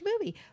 movie